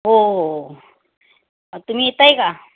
हो हो तुम्ही येत आहे का